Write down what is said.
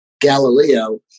Galileo